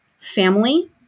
family